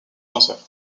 danseurs